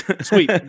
Sweet